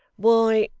why,